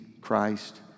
Christ